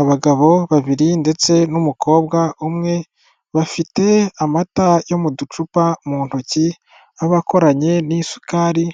Abagabo babiri ndetse n'umukobwa umwe bafite amata yo mu ducupa mu ntoki abakoranye n'isukari